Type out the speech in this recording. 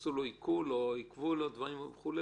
עשו לו עיקול או עיכבו לו דברים וכו',